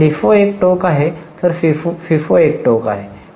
आता लिफो एक टोक आहे तर फिफो एक टोक आहे